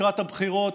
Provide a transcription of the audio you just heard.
לקראת הבחירות,